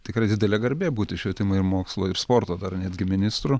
tikrai didelė garbė būti švietimo ir mokslo ir sporto dar netgi ministru